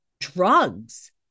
drugs